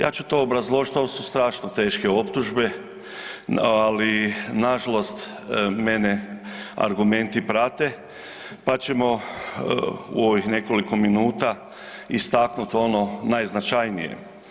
Ja ću to obrazložiti, ovo su strašno teške optužbe, ali nažalost mene argumenti prate pa ćemo u ovih nekoliko minuta istaknuti ono najznačajnije.